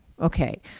Okay